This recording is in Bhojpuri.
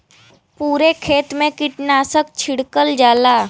पुरे खेत मे कीटनाशक छिड़कल जाला